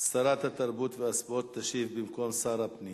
שרת התרבות והספורט תשיב במקום שר הפנים.